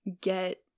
get